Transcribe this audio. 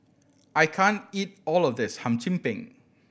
I can't eat all of this Hum Chim Peng